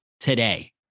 Today